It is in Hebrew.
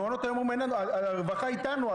מעונות היום אומרים שהרווחה איתנו,